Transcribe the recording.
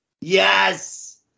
Yes